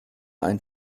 ein